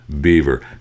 beaver